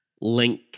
link